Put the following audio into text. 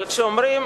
אבל כשאומרים,